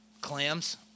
Clams